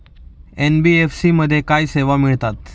NBFC मध्ये काय सेवा मिळतात?